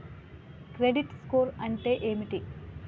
Credit score అంటే ఏమిటి?